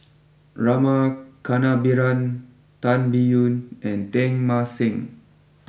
Rama Kannabiran Tan Biyun and Teng Mah Seng